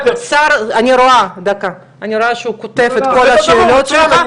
אני רואה שהוא כותב את כל השאלות שלך.